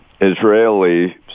israeli